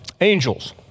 angels